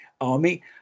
army